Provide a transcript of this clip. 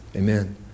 Amen